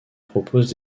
propose